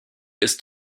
ist